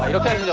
ok.